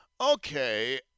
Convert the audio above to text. okay